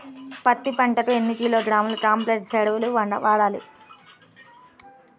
పత్తి పంటకు ఎన్ని కిలోగ్రాముల కాంప్లెక్స్ ఎరువులు వాడాలి?